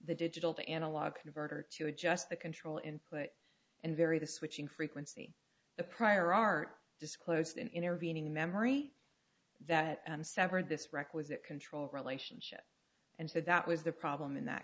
the digital to analog converter to adjust the control input and vary the switching frequency the prior art disclosed an intervening memory that sever this requisite control relationship and who that was the problem in that